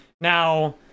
Now